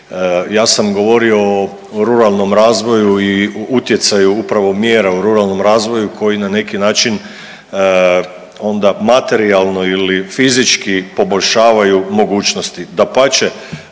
Ja sam govorio o ruralnom razvoju i u utjecaju upravo mjera u ruralnom razvoju koji na neki način onda materijalno ili fizički poboljšavaju mogućnosti. Dapače,